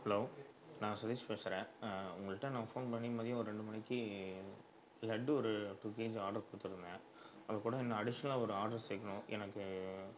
hello நான் சுரேஷ் பேசுகிறேன் உங்கள்கிட்ட நான் ஃபோன் பண்ணி மதியம் ஒரு ரெண்டு மணிக்கு லட்டு ஒரு டூ கேஜி ஆர்டர் கொடுத்துருந்தேன் அதுக்கூட இன்னும் அடிஷ்னலாக ஒரு ஆர்டர் சேர்க்கணும் எனக்கு